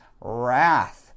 wrath